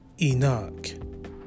Enoch